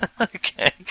Okay